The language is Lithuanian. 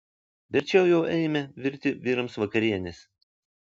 verčiau jau eime virti vyrams vakarienės